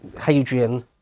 Hadrian